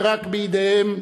ורק בידיהם,